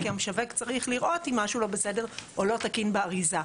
כי המשווק צריך לראות אם משהו לא בסדר או לא תקין באריזה.